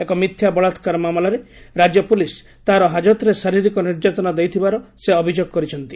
ଏକ ମିଥ୍ୟା ବଳାକାର ମାମଲାରେ ରାଜ୍ୟ ପ୍ରଲିସ୍ ତାହାର ହାଜତ୍ରେ ଶାରୀରିକ ନିର୍ଯାତନା ଦେଇଥିବାର ସେ ଅଭିଯୋଗ କରିଛନ୍ତି